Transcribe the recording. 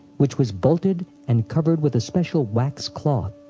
which was bolted and covered with a special wax-cloth.